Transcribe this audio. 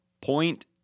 point